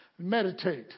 meditate